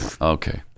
Okay